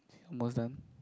almost done